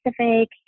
specific